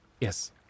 yes